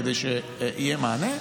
כדי שיהיה מענה,